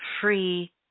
Free